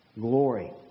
glory